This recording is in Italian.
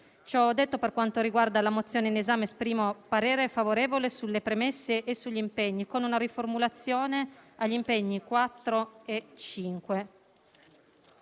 Ciò detto, per quanto riguarda la mozione in esame esprimo parere favorevole sulle premesse e sugli impegni, con una proposta di riformulazione degli impegni 4) e 5).